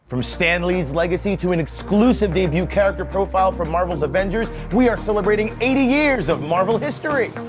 from stan lee's legacy to an exclusive debut character profile from marvel's avengers, we are celebrating eighty years of marvel history.